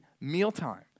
mealtime